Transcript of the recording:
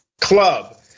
club